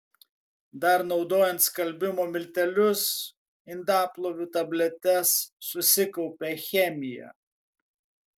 dar naudojant skalbimo miltelius indaplovių tabletes susikaupia chemija